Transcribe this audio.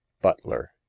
butler